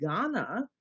Ghana